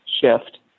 shift